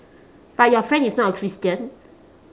but your friend is not a christian